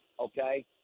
okay